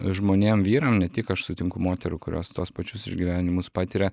žmonėm vyram ne tik aš sutinku moterų kurios tuos pačius išgyvenimus patiria